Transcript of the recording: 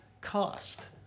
cost